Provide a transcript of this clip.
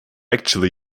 actually